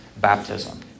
baptism